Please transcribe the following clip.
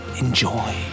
enjoy